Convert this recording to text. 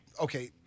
Okay